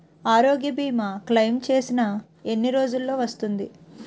ఆరోగ్య భీమా క్లైమ్ చేసిన ఎన్ని రోజ్జులో వస్తుంది?